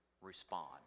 respond